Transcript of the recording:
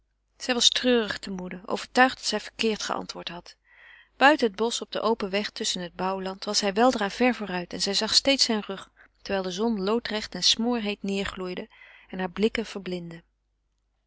zij was treurig te moede overtuigd dat zij verkeerd geantwoord had buiten het bosch op den open weg tusschen het bouwland was hij weldra ver vooruit en zij zag steeds zijn rug terwijl de zon loodrecht en smoorheet neêrgloeide en hare blikken verblindde